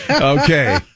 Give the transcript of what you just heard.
Okay